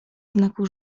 znaku